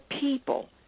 people